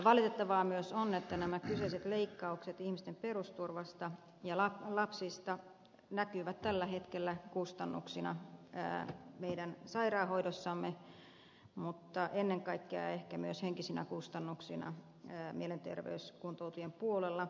valitettavaa myös on että nämä kyseiset leikkaukset ihmisten perusturvasta ja lapsista näkyvät tällä hetkellä kustannuksina meidän sairaanhoidossamme mutta ennen kaikkea ehkä myös henkisinä kustannuksina mielenterveyskuntoutujien puolella